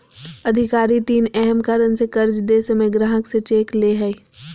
अधिकारी तीन अहम कारण से कर्ज दे समय ग्राहक से चेक ले हइ